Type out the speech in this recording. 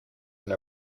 than